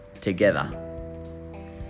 together